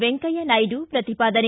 ವೆಂಕಯ್ಟನಾಯ್ಡು ಪ್ರತಿಪಾದನೆ